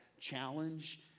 challenge